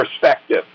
perspective